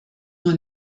nur